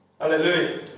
Hallelujah